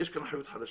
יש כאן חיות חדשה.